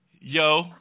yo